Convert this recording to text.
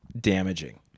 damaging